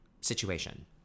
situation